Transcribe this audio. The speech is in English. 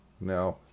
Now